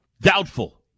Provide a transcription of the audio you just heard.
Doubtful